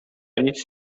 nic